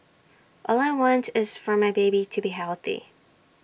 all I want is for my baby to be healthy